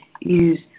use